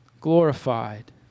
glorified